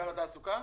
מנכ"ל התעסוקה?